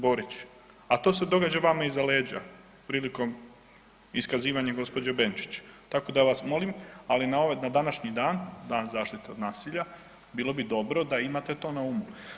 Borić, a to se događa vama iza leđa prilikom iskazivanja gđe. Benčić, tako da vas molim, ali na današnji dan, Dan zaštite od nasilja, bilo bi dobro da imate to na umu.